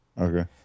Okay